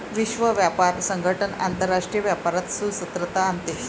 विश्व व्यापार संगठन आंतरराष्ट्रीय व्यापारात सुसूत्रता आणते